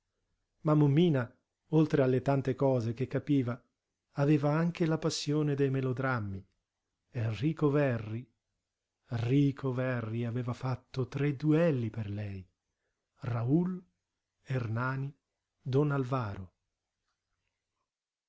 mommina oltre alle tante cose che capiva aveva anche la passione dei melodrammi e rico verri rico verri aveva fatto tre duelli per lei raul ernani don alvaro